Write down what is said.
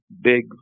big